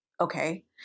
okay